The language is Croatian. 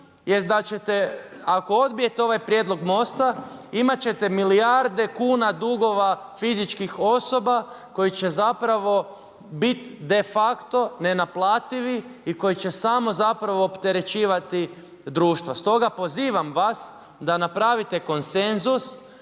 jest da ćete ako odbijete ovaj prijedlog MOST-a, imat ćete milijarde kuna dugova fizičkih osoba koje će zapravo bit de facto nenaplativi i koji će samo zapravo opterećivati društvo. Stoga pozivam vas da napravite konsenzus,